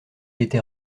était